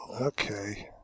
Okay